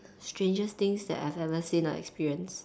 strangest things that I've ever seen or experienced